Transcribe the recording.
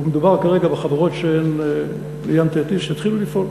ומדובר כרגע בחברות של "ים תטיס" יתחילו לפעול.